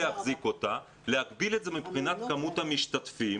אני רוצה להבין משפטית,